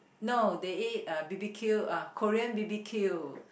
no they ate uh b_b_q uh Korean b_b_q